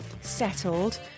settled